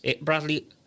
Bradley